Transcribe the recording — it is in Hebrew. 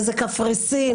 איזו קפריסין,